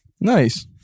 Nice